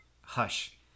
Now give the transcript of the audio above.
Hush